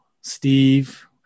Steve